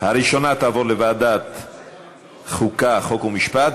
תעבור לוועדת החוקה, חוק ומשפט.